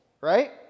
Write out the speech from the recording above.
Right